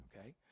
Okay